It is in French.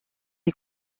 est